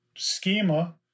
schema